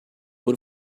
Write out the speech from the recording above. por